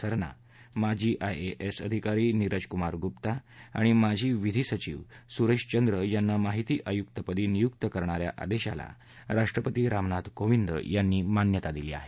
सरना माजी आयएएस अधिकारी नीरजक्मार गुप्ता आणि माजी विधी सचिव सुरेशचंद्र यांनी माहिती आयुक्तपदी नियुक्ती करणा या आदेशाला राष्ट्रपती रामनाथ कोविंद यांनी मान्यता दिली आहे